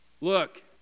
look